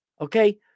okay